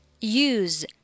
use